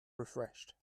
refreshed